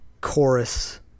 chorus